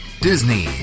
disney